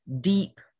deep